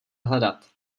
hledat